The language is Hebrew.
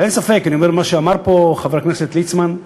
ואין ספק, אני אומר, מה שאמר פה חבר הכנסת ליצמן,